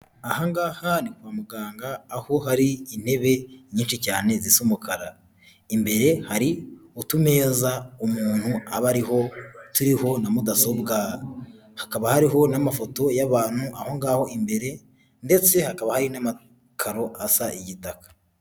Ahangaha ni kwa muganga aho hari intebe nyinshi cyane zisa umukara. Imbere hari utumeza umuntu aba ariho turiho na mudasobwa. Hakaba hariho n'amafoto y'abantu ahongaho imbere ndetse hakaba hari n'amakaro asa igitaka.